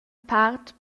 part